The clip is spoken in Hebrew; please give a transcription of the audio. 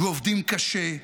ועובדים קשה,